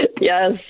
Yes